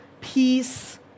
peace